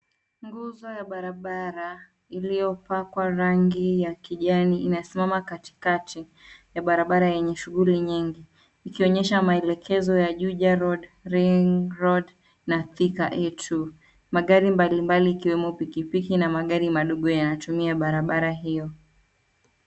Nguzo ya barabara iliyopakwa rangi ya kijani inasimama katikati ya barabara yenye shughuli nyingi, ikionyesha maelekezo ya Juja road, Ring road na Thika A2. Magari mbalimbali ikiwemo pikipiki na magari madogo yanatumia barabara hiyo.